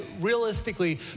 realistically